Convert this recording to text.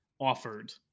offered